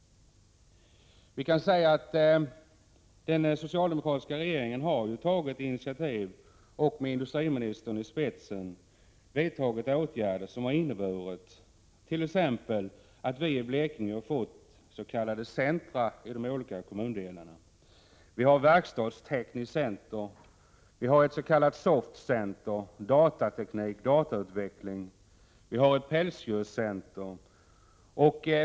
Den socialdemokratiska regeringen har tagit initiativ och med industriministern i spetsen vidtagit åtgärder som inneburit t.ex. att vi i Blekinge fått s.k. centra i de olika kommundelarna. Vi har bl.a. ett verkstadstekniskt center, vi har ett s.k. soft center — för datateknik och datautveckling — och vi har ett pälsdjurscenter.